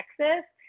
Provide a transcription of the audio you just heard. Texas